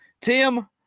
Tim